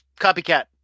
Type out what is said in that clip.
copycat